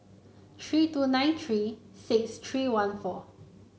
three two nine three six three one four